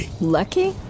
Lucky